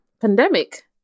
pandemic